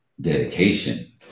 dedication